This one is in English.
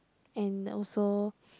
and also